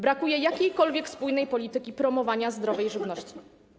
Brakuje jakiejkolwiek spójnej polityki promowania zdrowej żywności.